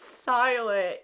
silent